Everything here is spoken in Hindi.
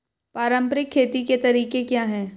पारंपरिक खेती के तरीके क्या हैं?